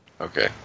okay